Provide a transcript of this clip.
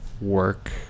work